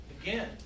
again